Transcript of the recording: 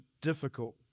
difficult